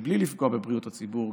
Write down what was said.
בלי לפגוע בבריאות הציבור,